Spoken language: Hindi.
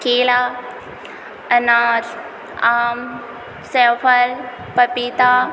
केला अनार आम सेब फल पपीता